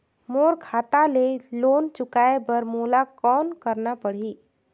मोर खाता ले लोन चुकाय बर मोला कौन करना पड़ही?